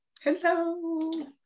Hello